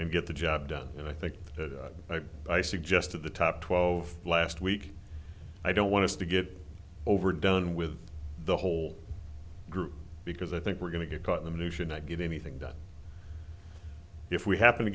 and get the job done and i think i suggested the top twelve last week i don't want to get over done with the whole group because i think we're going to get caught the new should not get anything done if we happen to